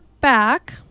back